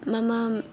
मम